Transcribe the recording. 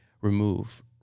remove